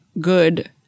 good